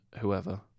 whoever